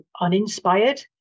uninspired